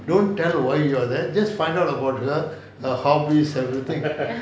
don't tell why you are there just find out about her her hobbies everything